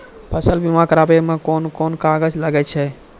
फसल बीमा कराबै मे कौन कोन कागज लागै छै?